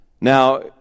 Now